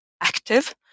active